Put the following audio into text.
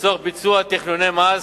לצורך ביצוע תכנוני מס,